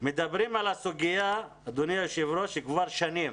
מדברים על הסוגיה כבר שנים.